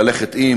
ללכת עם